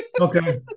Okay